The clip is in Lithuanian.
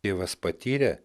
tėvas patyrė